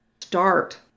start